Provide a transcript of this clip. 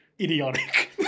idiotic